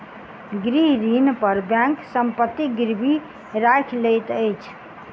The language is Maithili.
गृह ऋण पर बैंक संपत्ति गिरवी राइख लैत अछि